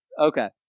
okay